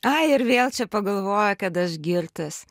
ai ir vėl čia pagalvojo kad aš girtas